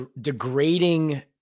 degrading